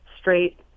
straight